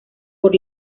por